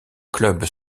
clubs